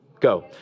Go